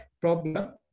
problem